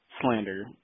slander